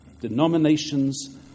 Denominations